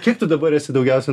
kiek tu dabar esi daugiausia